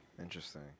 Interesting